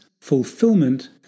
fulfillment